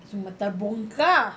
semua terbongkar